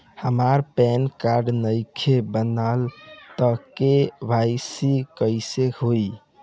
हमार PAN card नईखे बनल त के.वाइ.सी कइसे होई?